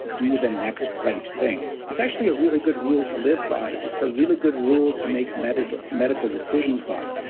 do the next right thing. it's actually a really good rule to live by. it's a really good rule to make medical medical decisions by.